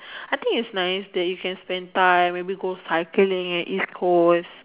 I think is nice that you can spend time maybe go cycling at East coast